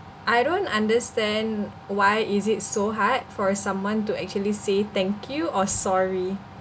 I don't understand why is it so hard for someone to actually say thank you or sorry